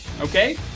Okay